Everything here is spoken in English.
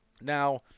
Now